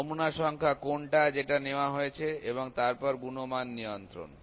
নমুনা সংখ্যা কোনটা যেটা নেওয়া হয়েছে এবং তারপর গুণমান নিয়ন্ত্রণ